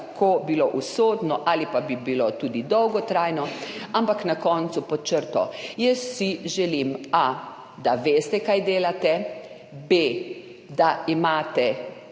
bilo usodno ali pa bi bilo tudi dolgotrajno. Ampak na koncu, pod črto, jaz si želim a) da veste, kaj delate, b) da imate